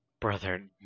Brother